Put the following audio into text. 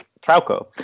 Trauco